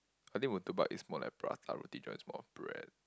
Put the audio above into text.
I think Murtabak is more like Prata Roti-John is more of bread